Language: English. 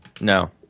no